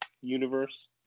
universe